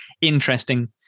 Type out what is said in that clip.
interesting